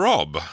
Rob